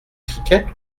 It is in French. cricket